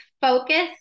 focus